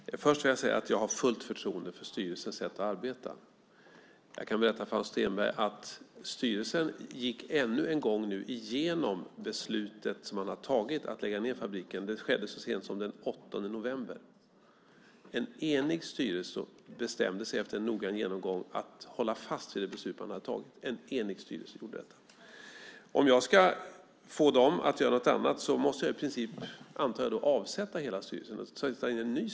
Herr talman! Först vill jag säga att jag har fullt förtroende för styrelsens sätt att arbeta. Jag kan berätta för Hans Stenberg att styrelsen ännu en gång har gått igenom beslutet att lägga ned fabriken. Det skedde så sent som den 8 november. En enig styrelse bestämde sig efter en noggrann genomgång att hålla fast vid det beslut man hade tagit - en enig styrelse. Om jag ska få dem att göra något annat måste jag i princip, antar jag, avsätta hela styrelsen och tillsätta en ny.